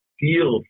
feel